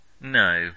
No